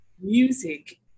Music